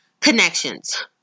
connections